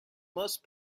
must